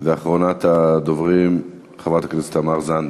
ואחרונת הדוברים, חברת הכנסת תמר זנדברג.